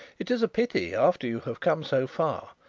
it is a pity, after you have come so far,